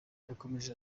yakomeje